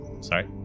Sorry